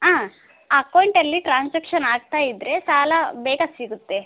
ಹಾಂ ಅಕೌಂಟಲ್ಲಿ ಟ್ರಾನ್ಸಾಕ್ಷನ್ ಆಗ್ತಾ ಇದ್ದರೆ ಸಾಲ ಬೇಗ ಸಿಗುತ್ತೆ